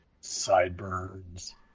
Sideburns